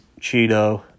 Cheeto